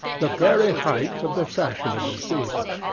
the very height of the fashionable season.